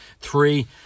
three